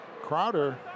Crowder